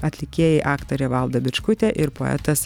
atlikėjai aktorė valda bičkutė ir poetas